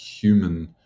human